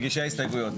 ההסתייגויות,